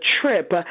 trip